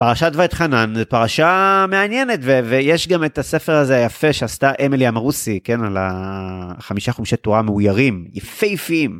פרשת ואתחנן, פרשה מעניינת, ויש גם את הספר הזה היפה שעשתה אמילי אמרוסי, כן, על החמישה חומשי תורה מאוירים, יפהפיים.